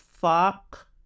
Fuck